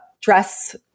dress